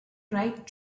right